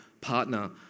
partner